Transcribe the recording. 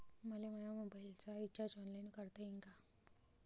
मले माया मोबाईलचा रिचार्ज ऑनलाईन करता येईन का?